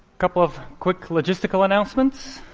couple of quick logistical announcements.